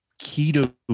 keto